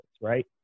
right